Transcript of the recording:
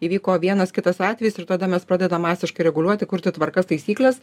įvyko vienas kitas atvejis ir tada mes pradedam masiškai reguliuoti kurti tvarkas taisykles